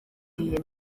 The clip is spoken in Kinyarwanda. yiyemeje